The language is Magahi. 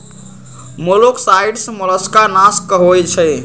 मोलॉक्साइड्स मोलस्का नाशक होइ छइ